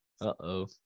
Uh-oh